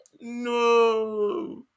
no